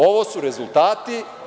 Ovo su rezultati.